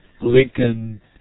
Lincoln